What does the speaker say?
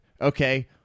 okay